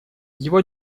его